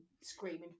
screaming